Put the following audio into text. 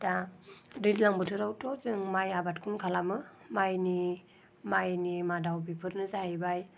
दा दैज्लां बोथोरावथ' जों माइ आबादखौनो खालामो माइनि माइनि मादाव बिफोरनो जाहैबाय